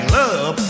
love